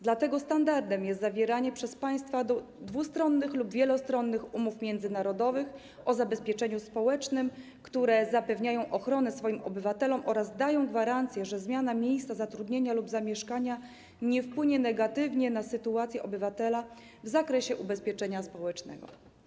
Dlatego standardem jest zawieranie przez państwa dwustronnych lub wielostronnych umów międzynarodowych o zabezpieczeniu społecznym, które zapewniają ochronę swoim obywatelom oraz dają gwarancję, że zmiana miejsca zatrudnienia lub zamieszkania nie wpłynie negatywnie na sytuację obywatela w zakresie ubezpieczenia społecznego.